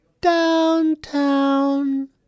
Downtown